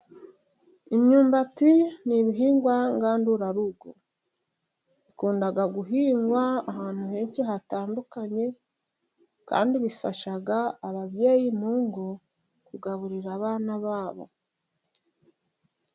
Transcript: Imyumbati ni ibihingwa ngandurarugo ikunda guhingwa ahantu henshi hatandukanye kandi bifashaga ababyeyi mu ngo kugaburira abana babo.